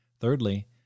Thirdly